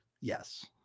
yes